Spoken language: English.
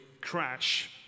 crash